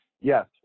Yes